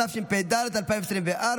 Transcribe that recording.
התשפ"ד 2024,